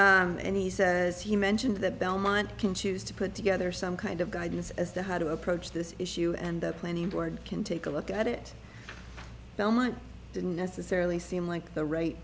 report and he says he mentioned the belmont can choose to put together some kind of guidance as to how to approach this issue and the plenty board can take a look at it belmont didn't necessarily seem like the r